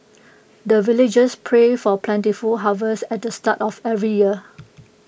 the villagers pray for plentiful harvest at the start of every year